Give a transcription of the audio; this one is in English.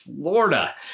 Florida